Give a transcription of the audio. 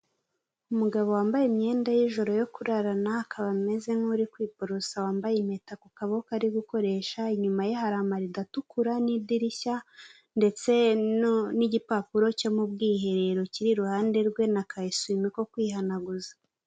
Umugabo wambaye imyenda y'ijoro yo kurarana akaba ameze nk'uri kwiborosa wambaye impeta ku kaboko ari gukoresha, inyuma ye hari amarido atukura n'idirishya ndetse n'igipapuro cyo mu bwiherero kiri iruhande rwe n'akayesuwime ko kwihanaguza.